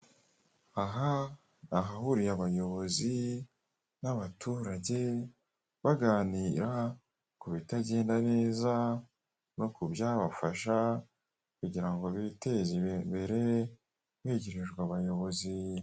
Aha nahahuriye abayobozi n'abaturage baganira kubitagenda neza no kubyabafasha kugirango biteza imbere begerejwe abayobozi.